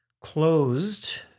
closed